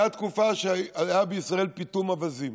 הייתה תקופה שהיה בישראל פיטום אווזים.